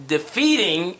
Defeating